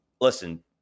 listen